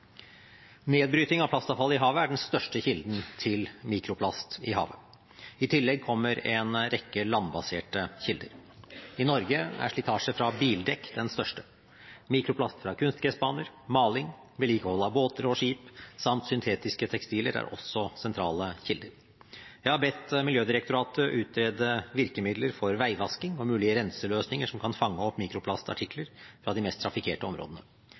Nedbryting av plast i havet er den største kilden til mikroplast i havet. I tillegg kommer en rekke landbaserte kilder. I Norge er slitasje fra bildekk den største. Mikroplast fra kunstgressbaner, maling, vedlikehold av båter og skip samt syntetiske tekstiler er også sentrale kilder. Jeg har bedt Miljødirektoratet utrede virkemidler for veivasking og mulige renseløsninger som kan fange opp mikroplastartikler i de mest trafikkerte områdene.